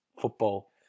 football